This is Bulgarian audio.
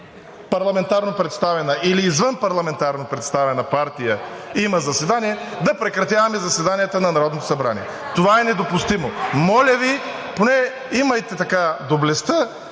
парламентарно представена или извън парламентарно представена партия има заседание, да прекратяваме заседанията на Народното събрание. Това е недопустимо! Моля Ви, поне имайте доблестта